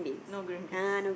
no green beans